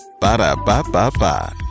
Ba-da-ba-ba-ba